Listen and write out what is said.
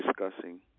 discussing